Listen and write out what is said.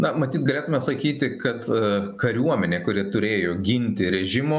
na matyt galėtume sakyti kad kariuomenė kuri turėjo ginti režimo